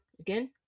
again